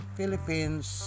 Philippines